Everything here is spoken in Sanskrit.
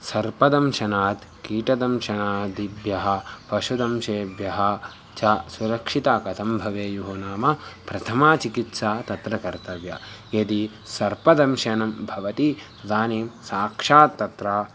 सर्पदंशनात् कीटदंशनादिभ्यः पशुदंशेभ्यः च सुरक्षिता कथं भवेयुः नाम प्रथमा चिकित्सा तत्र कर्तव्या यदि सर्पदंशनं भवति तदानीं साक्षात् तत्र